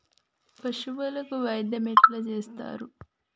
పశువులకు వైద్యం ఎట్లా చేత్తరు?